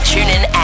TuneIn